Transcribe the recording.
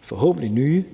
forhåbentlig nye